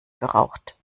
geraucht